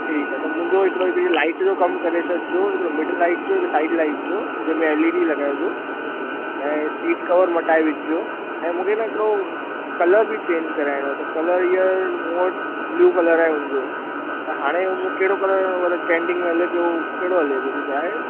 ठीकु आहे त मुंहिंजो हिकिड़ो ही लाईट जो कमु करे छॾिजो हिकिड़ो मिड लाईट जो साईड लाईट जो जंहिं में एल ई डी लॻाइजो ऐं सीट कवर मटाए विझिजो ऐं मूंखे न हिकिड़ो कलर बि चेंज कराइणो आहे त कलर हीअ मूं वटि ब्लू कलर आहे उन जो त हाणे हू कहिड़ो कलर मतिलबु ट्रैंडींग में हले पियो हू कहिड़ो हले पियो कुझु आहे